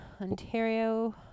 Ontario